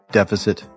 deficit